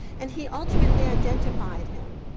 and he ultimately identified him,